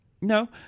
no